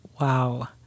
Wow